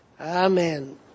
Amen